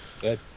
Good